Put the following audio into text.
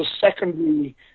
secondary